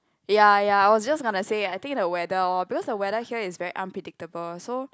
ya ya I was just gonna say I think the weather orh because the weather here is very unpredictable so